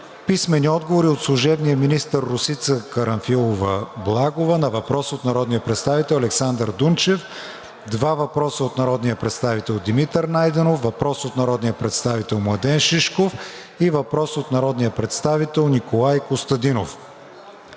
Апостолова; - служебния министър Росица Карамфилова-Благова на въпрос от народния представител Александър Дунчев; два въпроса от народния представител Димитър Найденов; въпрос от народния представител Младен Шишков; и въпрос от народния представител Николай Костадинов;